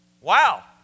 wow